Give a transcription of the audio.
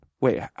Wait